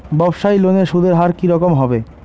ব্যবসায়ী লোনে সুদের হার কি রকম হবে?